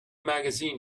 magazine